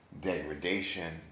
degradation